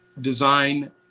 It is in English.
design